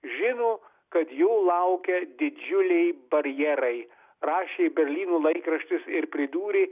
žino kad jo laukia didžiuliai barjerai rašė berlyno laikraštis ir pridūrė